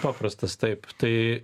paprastas taip tai